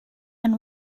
and